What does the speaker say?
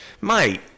Mate